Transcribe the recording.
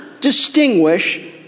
distinguish